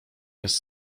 jest